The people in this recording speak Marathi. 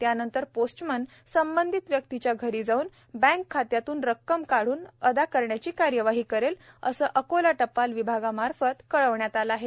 त्यानंतर पोस्टमन संबंधित व्यक्तीच्या घरी जाव्न बँक खात्यातून रक्कम काढून अदा करण्याची कार्यवाही करेल असे अकोला टपाल विभागामार्फत कळविण्यात आले आहे